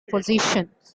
positions